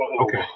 Okay